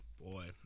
boy